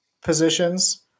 positions